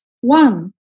One